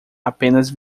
apenas